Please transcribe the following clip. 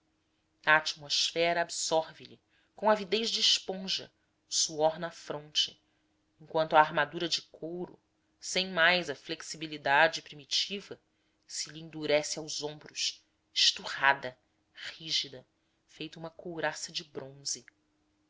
atmosfera absorve lhe com avidez de esponja o suor na fronte enquanto a armadura de couro sem mais a flexibilidade primitiva se lhe endurece aos ombros esturrada rígida feito uma couraça de bronze